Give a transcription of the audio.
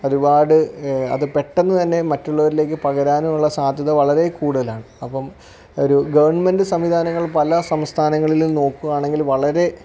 ഒരുപാട് അത് പെട്ടെന്ന് തന്നെ മറ്റുള്ളവരിലേക്ക് പകരാനൂള്ള സാധ്യത വളരേ കൂടുതലാണ് അപ്പോള് ഒരു ഗവൺമെൻറ്റ് സംവിധാനങ്ങൾ പല സംസ്ഥാനങ്ങളിലും നോക്കുകയാണെങ്കിൽ വളരെ